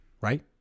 right